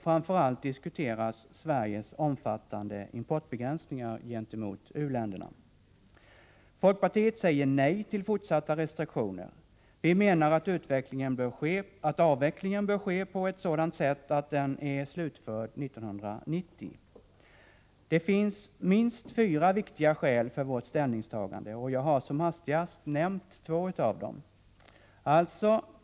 Framför allt diskuteras Sveriges omfattande begränsningar av importen från u-länderna. Folkpartiet säger nej till fortsatta restriktioner. Vi menar att avvecklingen bör ske på ett sådant sätt att den är slutförd 1990. Det finns minst fyra viktiga skäl för vårt ställningstagande. Jag har som hastigast nämnt två av dem.